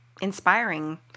inspiring